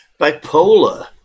Bipolar